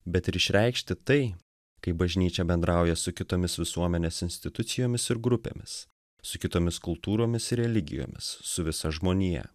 bet ir išreikšti tai kaip bažnyčia bendrauja su kitomis visuomenės institucijomis ir grupėmis su kitomis kultūromis ir religijomis su visa žmonija